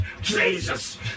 Jesus